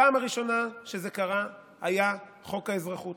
הפעם הראשונה שזה קרה היה בחוק האזרחות,